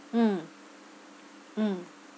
mm mm